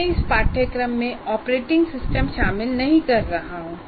मैं इस पाठ्यक्रम में ऑपरेटिंग सिस्टम शामिल नहीं कर रहा हूं